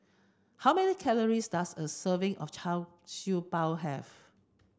how many calories does a serving of Char Siew Bao have